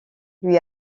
lui